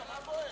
מה בוער?